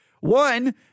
One